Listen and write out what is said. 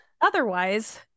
otherwise